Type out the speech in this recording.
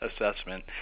assessment